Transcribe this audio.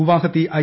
Guwahati I